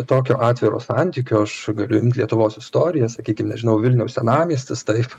tokio atviro santykio aš galiu imt lietuvos istoriją sakykim nežinau vilniaus senamiestis taip